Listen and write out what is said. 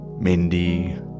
Mindy